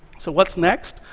so what's next?